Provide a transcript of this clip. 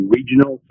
Regional